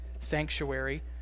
sanctuary